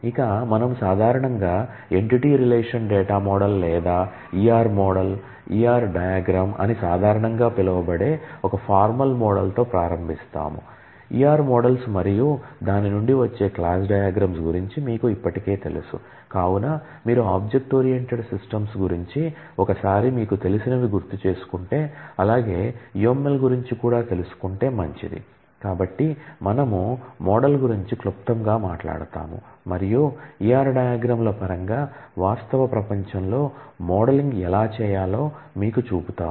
ఇక మనము సాధారణంగా ఎంటిటీ రిలేషన్ డేటా మోడల్ ఎలా చేయాలో మీకు చూపుతాము